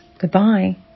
Goodbye